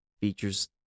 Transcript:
features